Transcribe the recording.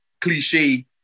cliche